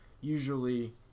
usually